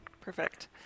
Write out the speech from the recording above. Perfect